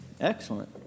Excellent